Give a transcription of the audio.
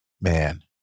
man